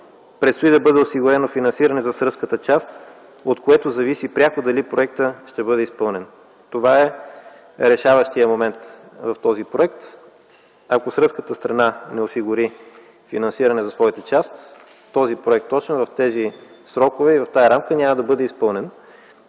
Предстои да бъде осигурено финансиране за сръбската част, от което зависи пряко дали проектът ще бъде изпълнен. Това е решаващият момент в този проект. Ако сръбската страна не осигури финансиране за своята част, този проект в тези срокове и в тази рамка няма да бъде изпълнен.